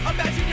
Imagine